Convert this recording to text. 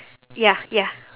ya ya